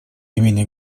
имени